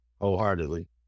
wholeheartedly